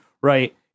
right